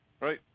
right